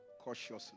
cautiously